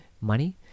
money